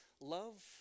love